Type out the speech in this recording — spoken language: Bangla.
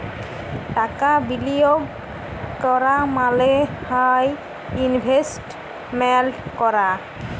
টাকা বিলিয়গ ক্যরা মালে হ্যয় ইলভেস্টমেল্ট ক্যরা